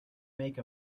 make